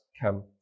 come